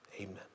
amen